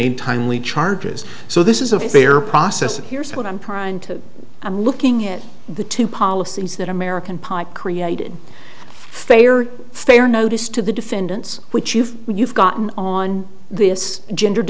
made timely charges so this is a fair process and here's what i'm trying to i'm looking at the two policies that american pie created fair fair notice to the defendants which if you've gotten on this gender